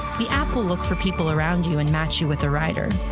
the app will look for people around you and match you with a rider.